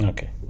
Okay